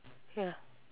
ya